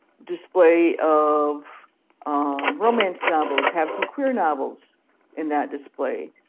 display of romance novels, have some queer novels in that display.